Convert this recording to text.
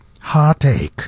Heartache